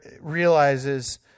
realizes